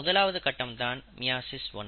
முதலாவது கட்டம் தான் மியாசிஸ் 1